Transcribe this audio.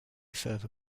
further